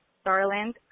Starland